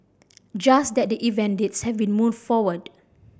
just that the event dates have been moved forward